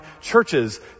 churches